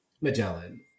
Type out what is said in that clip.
Magellan